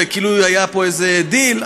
וכאילו היה פה איזה דיל.